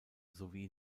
sowie